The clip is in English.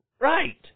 Right